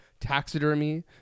taxidermy